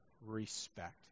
respect